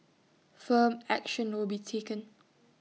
firm action will be taken